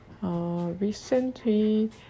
Recently